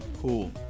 Cool